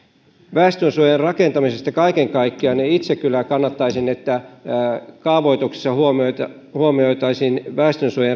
väestönsuojien rakentamisessa kaiken kaikkiaan itse kyllä kannattaisin että kaavoituksessa huomioitaisiin väestönsuojien rakentaminen